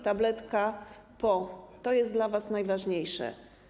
Tabletka po˝ - to jest dla was najważniejsze.